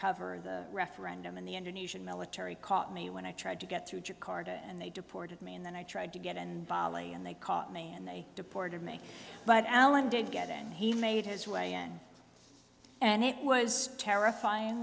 cover the referendum in the indonesian military caught me when i tried to get through jakarta and they deported me and then i tried to get an bali and they caught me and they deported me but alan didn't get it and he made his way in and it was terrifying